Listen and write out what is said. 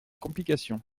complications